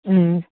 ꯎꯝ